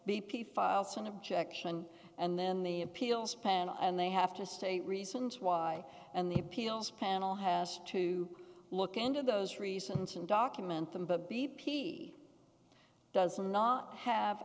p files an objection and then the appeals panel and they have to stay reasons why and the appeals panel has to look into those reasons and document them but b p does not have